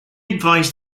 advice